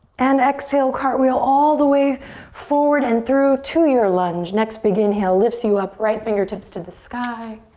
and exhale, cartwheel all the way forward and through to your lunge. next big inhale lifts you up, right fingertips to the sky.